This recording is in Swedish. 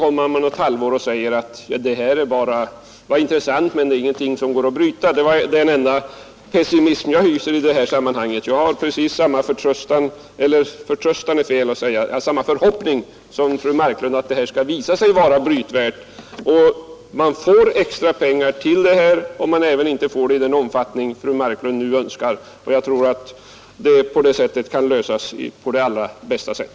Sedan har man efter något halvår sagt: Det här var intressant, men det är ingenting som går att bryta. Pessimismen i det avseendet är den enda jag hyser i det här sammanhanget. Jag har precis samma förhoppning som fru Marklund om att den här fyndigheten skall visa sig vara brytvärd. Man får extra pengar till projektet, även om det inte är i den omfattning som fru Marklund nu önskar. Jag tror alltså att problemet kan lösas på det allra bästa sätt.